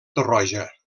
torroja